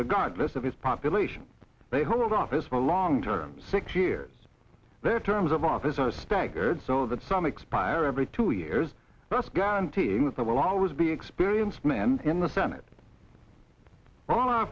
regardless of his population they hold office for a long term six years their terms of office are staggered so that some expire every two years thus guaranteeing that there will always be experienced men in the senate well our